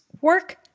work